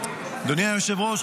אדוני היושב-ראש,